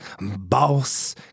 boss